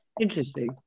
Interesting